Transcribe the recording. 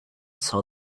saw